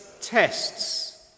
tests